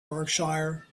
berkshire